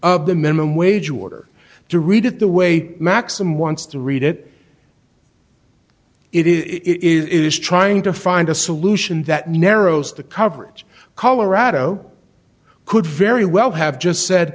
of the minimum wage order to read it the way maxim wants to read it it is it is trying to find a solution that narrows the coverage colorado could very well have just said